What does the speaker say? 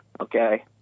okay